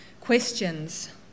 Questions